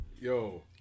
Yo